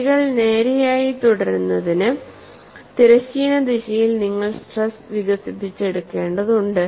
വരികൾ നേരെയായി തുടരുന്നതിന് തിരശ്ചീന ദിശയിൽ നിങ്ങൾ സ്ട്രെസ് വികസിപ്പിച്ചെടുക്കേണ്ടതുണ്ട്